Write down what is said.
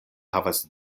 havas